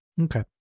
Okay